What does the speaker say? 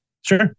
Sure